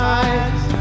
eyes